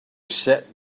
sit